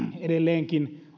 edelleenkin